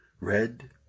red